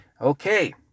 Okay